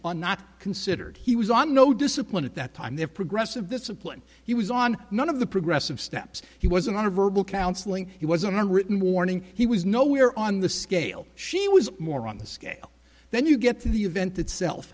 not considered he was on no discipline at that time there progressive discipline he was on none of the progressive steps he was in on a verbal counseling he was an unwritten warning he was nowhere on the scale she was more on the scale then you get to the event itself